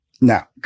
Now